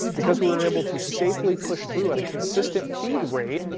because we were able to safely push through at a consistent feed rate,